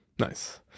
nice